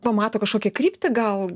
pamato kažkokią kryptį gal